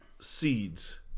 seeds